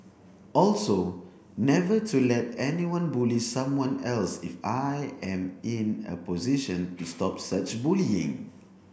also never to let anyone bully someone else if I am in a position to stop such bullying